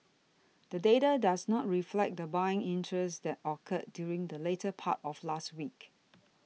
the data does not reflect the buying interest that occurred during the latter part of last week